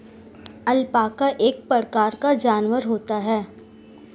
alpaca एक प्रकार का जानवर होता है